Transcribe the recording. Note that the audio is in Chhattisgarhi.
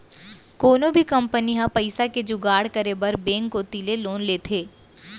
कोनो भी कंपनी ह पइसा के जुगाड़ करे बर बेंक कोती ले लोन लेथे